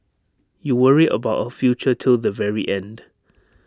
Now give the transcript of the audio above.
you worry about our future till the very end